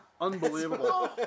unbelievable